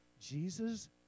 Jesus